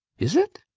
is it?